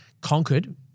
conquered